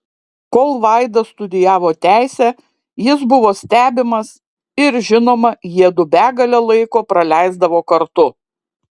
kol vaida studijavo teisę jis buvo stebimas ir žinoma jiedu begalę laiko praleisdavo kartu